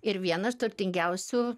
ir vienas turtingiausių